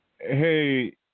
Hey